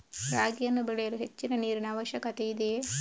ರಾಗಿಯನ್ನು ಬೆಳೆಯಲು ಹೆಚ್ಚಿನ ನೀರಿನ ಅವಶ್ಯಕತೆ ಇದೆಯೇ?